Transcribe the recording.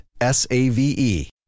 S-A-V-E